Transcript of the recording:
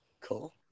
cool